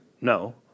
No